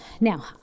now